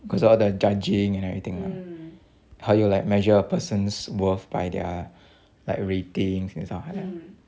because all the judging and everything lah how you like measure a person's worth by their like ratings and stuff like that